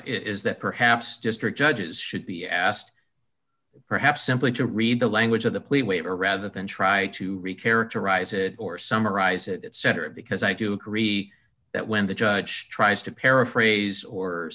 is that perhaps district judges should be asked perhaps simply to read the language of the police waiver rather than try to reach eric to rise it or summarize it etc because i do agree that when the judge tries to paraphrase or